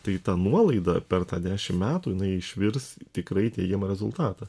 tai ta nuolaida per tą dešim metų jinai išvirs tikrai į teigiamą rezultatą